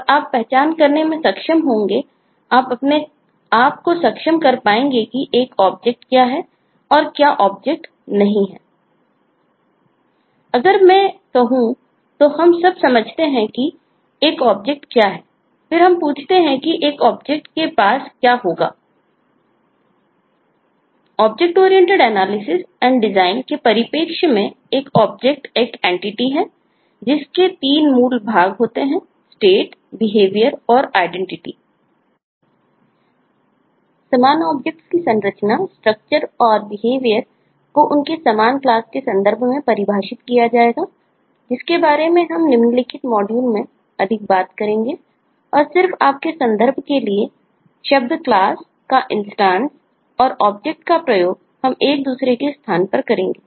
अब अगर मैं कहूँ तो हम अब समझते हैं कि एक ऑब्जेक्ट का उपयोग हम एक दूसरे के स्थान पर करेंगे